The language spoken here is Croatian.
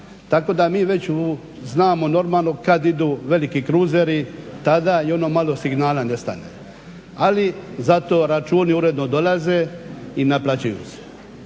Tako da mi već znamo normalno kad idu veliki kruzeri tada i ono malo signala nestane. Ali, zato računi uredno dolaze i naplaćuju se.